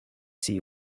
see